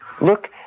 Look